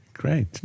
great